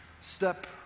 step